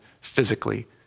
physically